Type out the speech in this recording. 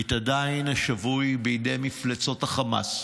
קית' עדיין שבוי בידי מפלצות החמאס.